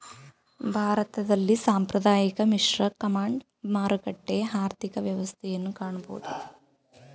ಭಾರತದಲ್ಲಿ ಸಾಂಪ್ರದಾಯಿಕ, ಮಿಶ್ರ, ಕಮಾಂಡ್, ಮಾರುಕಟ್ಟೆ ಆರ್ಥಿಕ ವ್ಯವಸ್ಥೆಯನ್ನು ಕಾಣಬೋದು